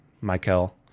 Michael